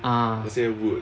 ah